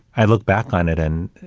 i look back on it and,